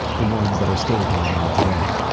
the ones that are still going on today.